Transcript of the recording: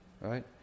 right